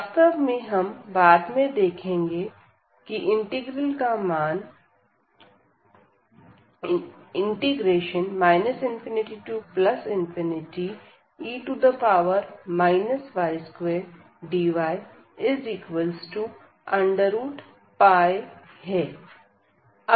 वास्तव में हम बाद में देखेंगे इंटीग्रल का मान ∞e y2dy है